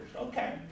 Okay